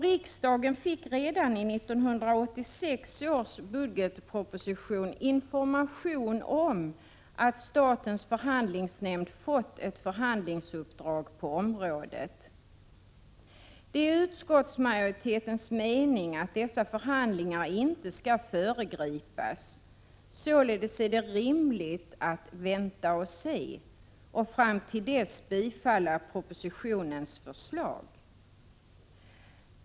Riksdagen fick redan i 1986 års budgetproposition information om att statens förhandlingsnämnd fått ett förhandlingsuppdrag på området. Det är utskottsmajoritetens mening att dessa förhandlingar inte skall föregripas. Således är det rimligt att ”vänta och se” och att i avvaktan på resultatet bifalla förslaget i propositionen.